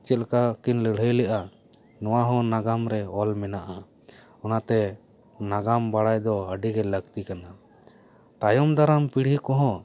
ᱪᱮᱫ ᱞᱮᱠᱟ ᱠᱤᱱ ᱞᱟᱹᱲᱦᱟᱹᱭ ᱞᱮᱜᱼᱟ ᱱᱚᱣᱟ ᱦᱚᱸ ᱱᱟᱜᱟᱢ ᱨᱮ ᱚᱞ ᱢᱮᱱᱟᱜᱼᱟ ᱚᱱᱟᱛᱮ ᱱᱟᱜᱟᱢ ᱵᱟᱲᱟᱭ ᱫᱚ ᱟᱹᱰᱤ ᱜᱮ ᱞᱟᱹᱠᱛᱤ ᱠᱟᱱᱟ ᱛᱟᱭᱚᱢ ᱫᱟᱨᱟᱢ ᱯᱤᱲᱦᱤ ᱠᱚᱦᱚᱸ